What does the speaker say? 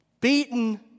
Beaten